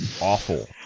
awful